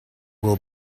will